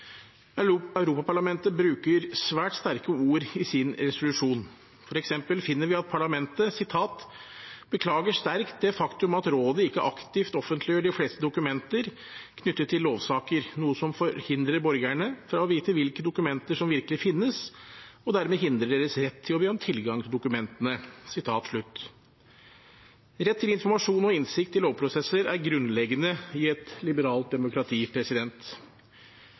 Europaparlamentet bruker svært sterke ord i sin resolusjon. For eksempel finner vi at parlamentet beklager sterkt det faktum at Rådet ikke aktivt offentliggjør de fleste dokumenter knyttet til lovsaker, noe som forhindrer borgerne i å vite hvilke dokumenter som virkelig finnes, og dermed hindrer deres rett til å be om tilgang til dokumentene. Rett til informasjon og innsikt i lovprosesser er grunnleggende i et liberalt demokrati.